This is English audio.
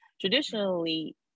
Traditionally